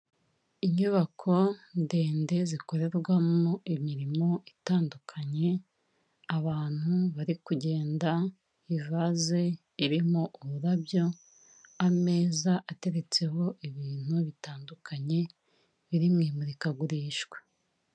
Inyubako ndende zikorerwamo imirimo itandukanye, abantu bari kugenda, ivase irimo ururabyo, ameza ateretseho ibintu bitandukanye biri mu imurikagurishwa.